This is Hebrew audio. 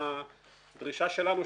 הדרישה שלנו,